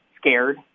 scared